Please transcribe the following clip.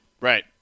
Right